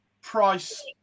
Price